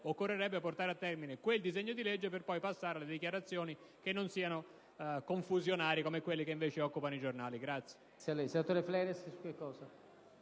occorrerebbe portarne a termine l'esame di quel disegno di legge prima di passare alle dichiarazioni, affinché non siano confusionarie come quelle che invece occupano i giornali. **Sulla